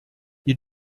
die